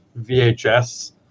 VHS